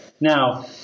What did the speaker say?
now